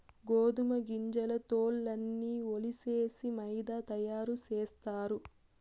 గోదుమ గింజల తోల్లన్నీ ఒలిసేసి మైదా తయారు సేస్తారు